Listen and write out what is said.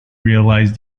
realise